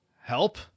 help